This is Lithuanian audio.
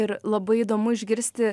ir labai įdomu išgirsti